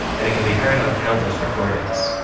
and it can be heard on countless recordings